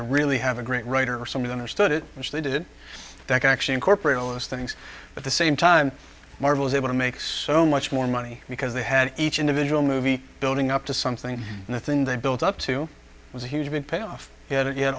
to really have a great writer or something understood it which they did that actually incorporate all those things but the same time marvel is able to make so much more money because they had each individual movie building up to something and the thing they built up to was a huge big payoff yet again